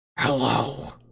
Hello